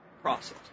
process